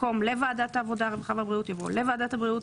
במקום "לוועדת העבודה הרווחה והבריאות" יבוא "לוועדת הבריאות".